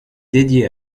dédiée